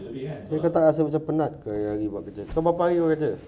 kau tak rasa macam penat ke hari-hari buat kerja kau berapa hari kau kerja